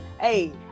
hey